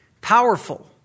powerful